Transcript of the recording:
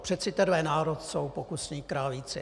Přece tenhle národ jsou pokusní králíci.